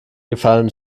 gefallen